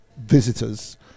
Visitors